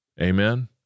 amen